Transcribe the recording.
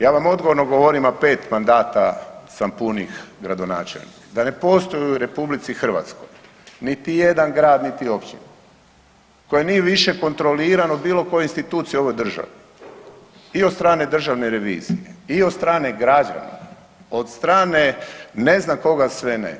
Ja vam odgovorno govorim, a 5 mandata sam punih gradonačelnik, da ne postoji u RH niti jedan grad niti općina koja nije više kontroliran od bilo koje institucije u ovoj državi i od strane Državne revizije i od strane građana, od strane ne znam koga sve ne.